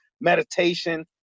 meditation